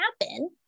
happen